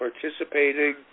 participating